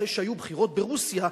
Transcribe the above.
אחרי שהיו בחירות ברוסיה,